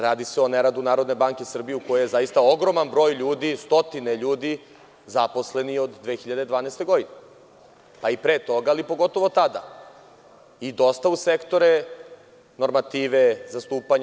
Radi se o neradu Narodne banke Srbije, u kojoj je ogroman broj ljudi, stotine ljudi zaposlenih od 2012. godine, a i pre toga, ali pogotovo tada, a dosta u sektore normative, zastupanja.